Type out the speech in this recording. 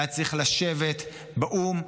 היה צריך לשבת באו"ם,